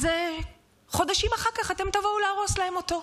אז חודשים אחר כך אתם תבואו להרוס להם אותו.